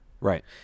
Right